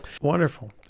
wonderful